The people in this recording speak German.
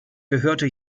gehörte